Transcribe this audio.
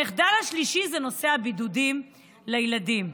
המחדל השלישי זה נושא הבידודים לילדים.